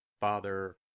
Father